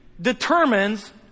determines